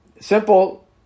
Simple